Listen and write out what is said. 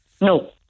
No